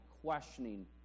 questioning